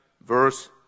verse